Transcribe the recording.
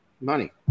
Money